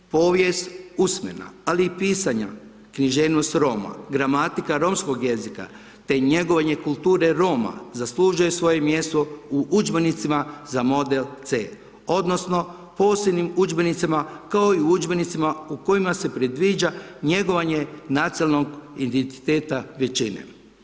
Povijest usmena, ali i pisana književnost Roma, gramatika romskog jezika te njegovanje kulture Roma zaslužuje svoje mjesto u udžbenicima za model C, odnosno posebnim udžbenicima, kao i udžbenicima u kojima se predviđa njegovanje nacionalnog identiteta većine.